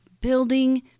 building